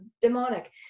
demonic